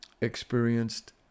experienced